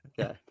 Okay